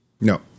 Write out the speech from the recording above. No